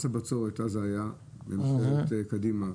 מס הבצורת שהיה אז מממשלת קדימה.